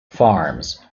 farms